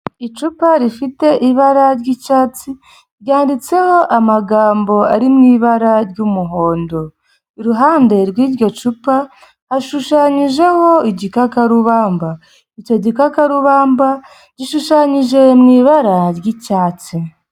Icupa rifite ibara ry'icyatsi ryanditseho amagambo ari mui ibara ry'umuhondo. Iruhande rw'iryo cupa, hashushanyijeho igikakarubamba. Icyo gikakarubamba gishushanyije mu ibara ry'icyatsi.